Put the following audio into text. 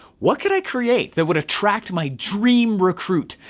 what could i create that would attract my dream recruit,